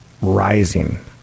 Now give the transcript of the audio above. rising